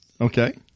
Okay